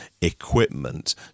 equipment